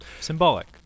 symbolic